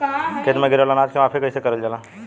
खेत में गिरल अनाज के माफ़ी कईसे करल जाला?